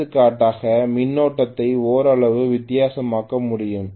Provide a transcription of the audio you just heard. எடுத்துக்காட்டாக மின்னோட்டத்தை ஓரளவு வித்தியாசமாக்க முடியும்